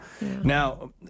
Now